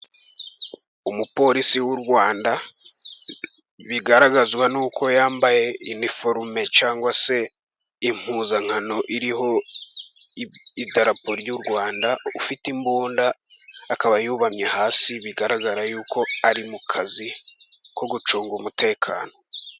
Umupolisi w'u Rwanda, bigaragazwa n'uko yambaye iniforume, cyangwa se impuzankano, iriho idarapo ry'u Rwanda, ufite imbunda akaba yubamye hasi bigaragara yuko ari mu kazi, ko gucunga umutekano.